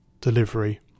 delivery